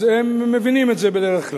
אז הם מבינים את זה בדרך כלל.